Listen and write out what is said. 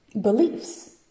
beliefs